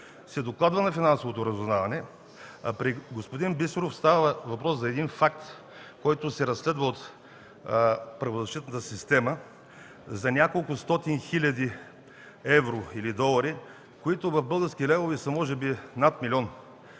се докладва на Финансовото разузнаване, а при господин Бисеров става въпрос за един факт, който се разследва от правозащитната система за неколкостотин хиляди евро или долари, които в български левове са може би над милион